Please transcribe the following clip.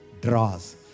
draws